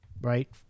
right